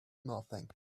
nothing